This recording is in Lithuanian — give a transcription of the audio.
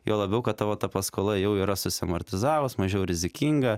juo labiau kad tavo ta paskola jau yra susiamortizavus mažiau rizikinga